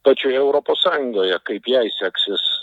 pačioje europos sąjungoje kaip jai seksis